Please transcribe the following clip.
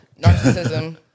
Narcissism